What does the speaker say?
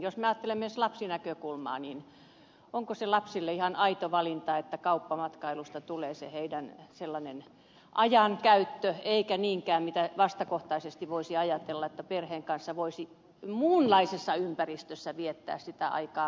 jos me ajattelemme esimerkiksi lapsinäkökulmaa niin onko se lapsille ihan aito valinta että kauppamatkailusta tulee se heidän sellainen ajankäyttönsä eikä niinkään mitä vastakohtaisesti voisi ajatella että perheen kanssa voisi muunlaisessa ympäristössä viettää sitä aikaa kuin kaupassa